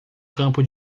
campo